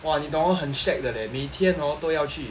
!wah! 你懂哦很 shag 的 leh 每天哦都要去